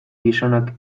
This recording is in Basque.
gizonak